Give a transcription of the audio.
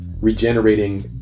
regenerating